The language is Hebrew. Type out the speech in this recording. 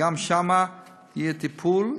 שגם שם יהיה טיפול,